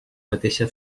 mateixa